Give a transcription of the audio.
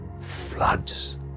floods